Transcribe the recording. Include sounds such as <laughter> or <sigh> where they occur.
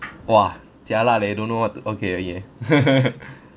!wah! jialat leh don't know what to okay okay <laughs>